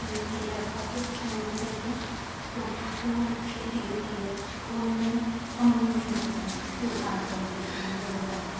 मिट्टी चढ़ा के फिर उठते हैं तो फूल खेती होती है फूल में हम मिलके सब काम करते हैं